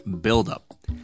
buildup